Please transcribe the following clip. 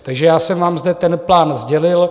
Takže jsem vám zde ten plán sdělil.